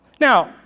Now